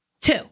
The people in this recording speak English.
two